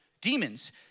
demons